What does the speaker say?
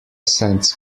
sends